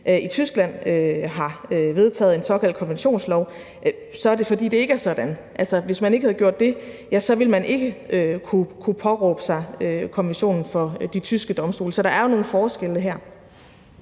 i Tyskland har vedtaget en såkaldt konventionslov, er det, fordi det ikke er sådan. Hvis man ikke havde gjort det, ville man ikke kunne påberåbe sig konventionen for de tyske domstole, så der er nogle forskelle her.